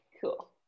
Cool